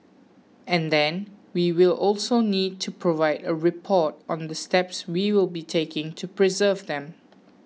and then we will also need to provide a report on the steps we will be taking to preserve them